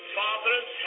fathers